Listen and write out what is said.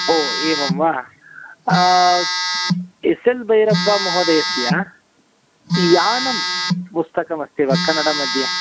ओ एवं वा S L भैरप्पामहोदयस्य यानं पुस्तकम् अस्ति वा कन्नडमध्ये